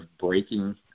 breaking